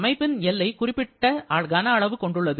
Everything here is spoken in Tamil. அமைப்பின் எல்லை குறிப்பிட்ட கன அளவு கொண்டுள்ளது